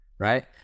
right